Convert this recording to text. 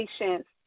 patients